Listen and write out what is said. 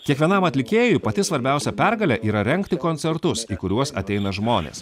kiekvienam atlikėjui pati svarbiausia pergalė yra rengti koncertus į kuriuos ateina žmonės